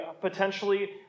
potentially